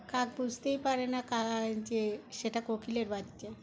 কাক বুঝতেই পারে না কা যে সেটা কোকিলের বাচ্চা